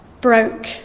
broke